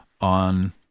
on